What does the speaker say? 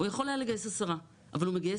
הוא יכול היה לגייס עשרה אבל הוא מגייס